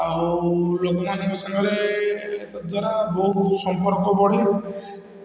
ଆଉ ଲୋକମାନଙ୍କ ସାଙ୍ଗରେ ତ ଦ୍ୱାରା ବହୁତ ସମ୍ପର୍କ ବଢ଼େ